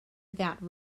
without